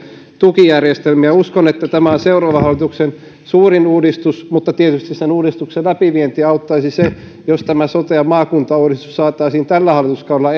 tukijärjestelmiä uskon että tämä on seuraavan hallituksen suurin uudistus mutta tietysti uudistuksen läpivientiä auttaisi se jos tämä sote ja maakuntauudistus saataisiin jo tällä hallituskaudella